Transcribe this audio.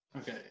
Okay